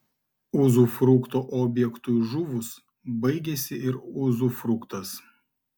uzufrukto objektui žuvus baigiasi ir uzufruktas